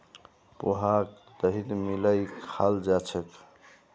पोहाक दहीत मिलइ खाल जा छेक